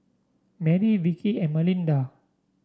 Marry Vickey and Malinda